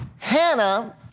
Hannah